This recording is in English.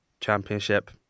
championship